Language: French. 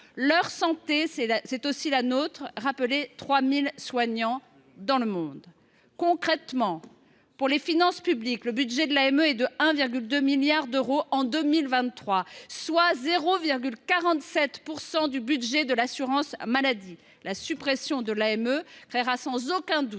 Leur santé, c’est aussi la nôtre », rappelaient 3 000 soignants dans. Concrètement, pour les finances publiques, le budget de l’AME est de 1,2 milliard d’euros en 2023, soit 0,47 % du budget de l’assurance maladie. La suppression de l’AME créera sans aucun doute